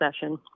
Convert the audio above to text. session